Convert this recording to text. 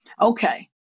Okay